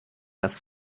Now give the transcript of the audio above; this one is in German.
das